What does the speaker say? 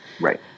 right